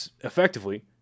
effectively